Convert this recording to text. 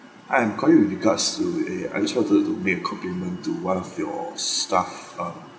hi I'm calling with regards to eh I just wanted to make a compliment to one of your staff um